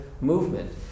movement